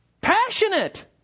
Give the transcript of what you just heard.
passionate